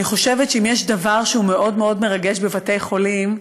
אני חושבת שאם יש דבר שהוא מאוד מאוד מרגש בבתי חולים,